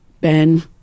Ben